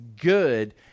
good